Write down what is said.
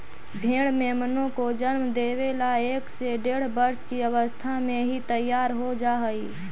भेंड़ मेमनों को जन्म देवे ला एक से डेढ़ वर्ष की अवस्था में ही तैयार हो जा हई